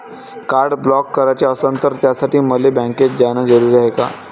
Card block कराच असनं त त्यासाठी मले बँकेत जानं जरुरी हाय का?